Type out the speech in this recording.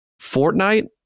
Fortnite